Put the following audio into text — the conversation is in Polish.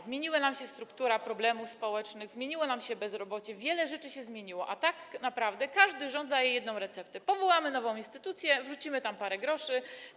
Zmieniła się struktura problemów społecznych, zmieniło się bezrobocie, wiele rzeczy się zmieniło, a tak naprawdę każdy rząd daje jedną receptę - powołamy nową instytucję, wrzucimy tam parę groszy.